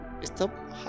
Stop